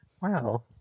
Wow